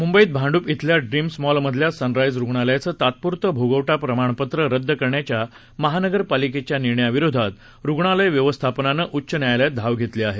मुंबईत भांडुप खिल्या ड्रीम्स मॉलमधल्या सनराईज रुग्णालयाचं तात्पुरतं भोगवटा प्रमाणपत्र रद्द करण्याच्या महानगरपालिकेच्या निर्णया विरोधात रुग्णालय व्यवस्थापनाने उच्च न्यायालयात धाव घेतली आहे